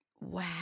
Wow